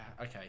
Okay